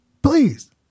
Please